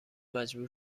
مجبور